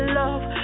love